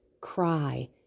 cry